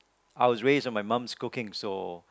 I was raise in my mom's cooking so